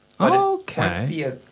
Okay